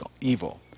evil